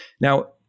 Now